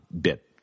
bit